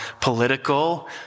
political